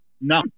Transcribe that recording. no